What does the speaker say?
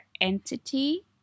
entity